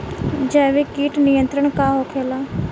जैविक कीट नियंत्रण का होखेला?